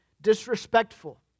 disrespectful